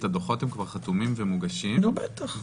- כרונולוגית הדוחות חתומים ומוגשים כבר,